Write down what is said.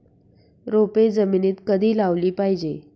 रोपे जमिनीत कधी लावली पाहिजे?